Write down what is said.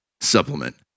supplement